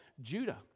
Judah